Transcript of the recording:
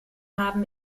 haben